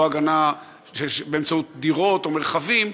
לא הגנה באמצעות דירות או מרחבים,